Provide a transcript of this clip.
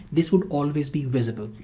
this would always be visible.